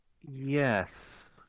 yes